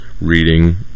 reading